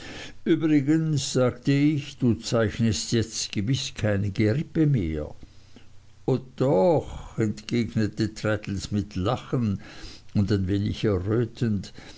übrigens sagte ich du zeichnest jetzt gewiß keine gerippe mehr o doch entgegnete traddles mit lachen und ein wenig errötend